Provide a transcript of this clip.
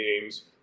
games